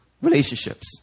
Relationships